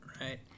right